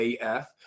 AF